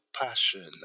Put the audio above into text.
passion